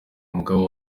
mugabo